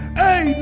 hey